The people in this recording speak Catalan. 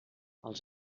els